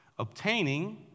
Obtaining